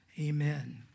Amen